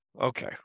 Okay